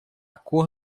cor